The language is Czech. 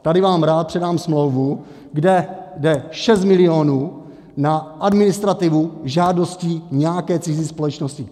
Tady vám rád předám smlouvu, kde je 6 milionů na administrativu žádostí nějaké cizí společnosti.